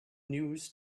news